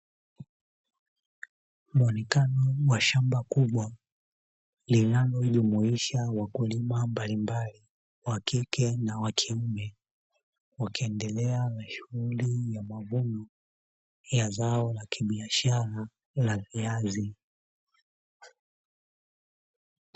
Muonekano wa shamba kubwa linalojumuisha wakulima mbalimbali wakike na wakiume wakiendelea na shughuli za mavuno ya zao la kibiashara la viazi.